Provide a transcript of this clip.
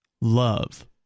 love